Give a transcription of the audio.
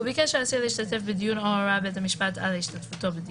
וביקש האסיר להשתתף בדיון או הורה בית המשפט על השתתפותו בדיון,